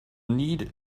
need